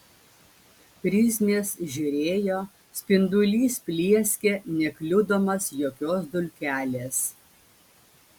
prizmės žėrėjo spindulys plieskė nekliudomas jokios dulkelės